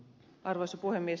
arvoisa puhemies